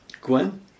Gwen